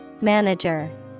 Manager